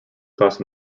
cost